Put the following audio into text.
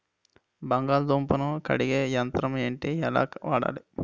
బంగాళదుంప ను కడిగే యంత్రం ఏంటి? ఎలా వాడాలి?